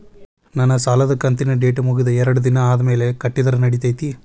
ನನ್ನ ಸಾಲದು ಕಂತಿನ ಡೇಟ್ ಮುಗಿದ ಎರಡು ದಿನ ಆದ್ಮೇಲೆ ಕಟ್ಟಿದರ ನಡಿತೈತಿ?